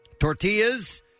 Tortillas